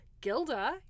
Gilda